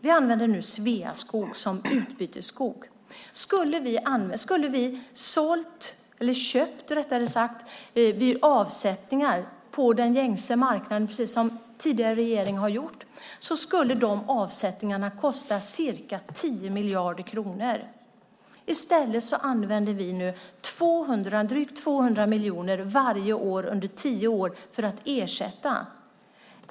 Vi använder nu Sveaskog som utbytesskog. Om vi hade köpt vid avsättningar på den gängse marknaden, som den tidigare regeringen gjorde, hade avsättningarna kostat ca 10 miljarder kronor. I stället använder vi drygt 200 miljoner varje år under tio år för att ersätta.